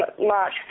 March